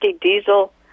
diesel